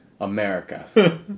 America